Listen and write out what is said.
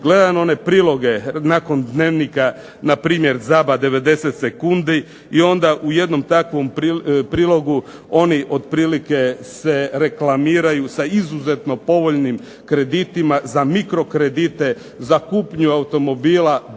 Gledam ove priloge nakon dnevnika na primjer ZABA 90 sekundi i onda u jednom takvom prilogu oni otprilike se reklamiraju sa izuzetno povoljnim kreditima, za mikro kredite, za kupnju automobila